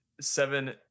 seven